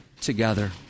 together